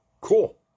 cool